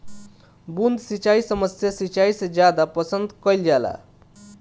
बूंद सिंचाई सामान्य सिंचाई से ज्यादा पसंद कईल जाला